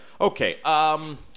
Okay